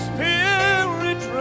Spirit